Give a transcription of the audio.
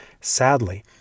Sadly